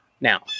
Now